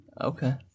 Okay